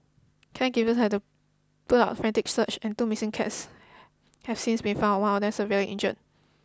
caregivers have put up a frantic search and two missing cats have since been found one of them severely injured